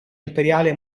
imperiale